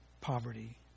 poverty